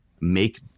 make